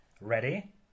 Ready